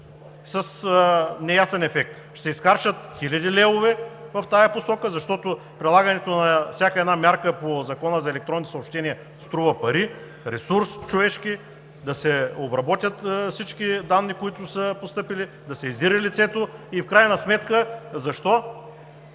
с неясен ефект. Ще изхарчат хиляди левове в тази посока, защото прилагането на всяка една мярка по Закона за електронните съобщения струва пари, човешки ресурс, да се обработят всички данни, които са постъпили, да се издири лицето и в крайна сметка защо?